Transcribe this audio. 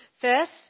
First